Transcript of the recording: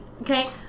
okay